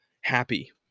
happy